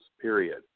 period